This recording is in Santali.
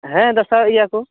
ᱦᱮᱸ ᱫᱟᱥᱟᱸᱭᱚᱜ ᱜᱮᱭᱟᱠᱚ